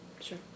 Sure